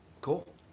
Cool